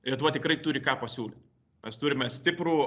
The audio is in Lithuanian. lietuva tikrai turi ką pasiūlyt mes turime stiprų